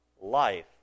life